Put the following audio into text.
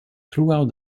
throughout